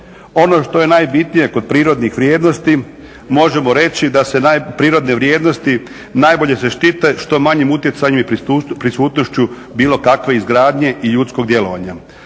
Ono što je najbitnije kod prirodnih vrijednosti možemo reći da se prirodne vrijednosti najbolje štite što manjim utjecajem i prisutnošću bilo kakve izgradnje i ljudskog djelovanja.